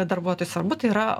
darbuotojų svarbu tai yra